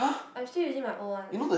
I'm still using my old one